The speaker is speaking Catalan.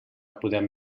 podem